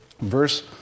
verse